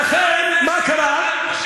ולכן, מה קרה?